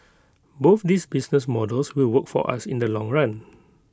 both these business models will work for us in the long run